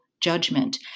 judgment